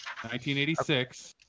1986